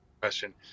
question